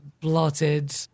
blotted